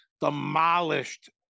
demolished